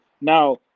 Now